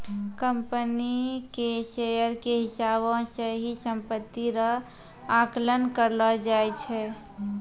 company के share के हिसाबौ से ही सम्पत्ति रो आकलन करलो जाय छै